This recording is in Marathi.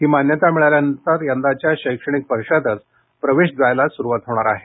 ही मान्यता मिळाल्यानंतर यंदाच्या शैक्षणिक वर्षातच प्रवेश द्यायला सुरुवात होणार आहे